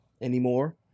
anymore